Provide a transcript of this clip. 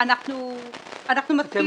אנחנו מסכימים.